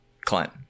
Clint